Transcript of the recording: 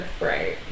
Right